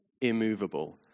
immovable